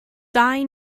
dau